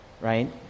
right